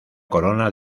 corona